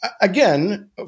again